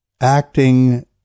acting